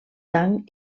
tanc